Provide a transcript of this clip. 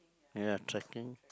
ya trekking